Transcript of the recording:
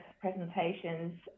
presentations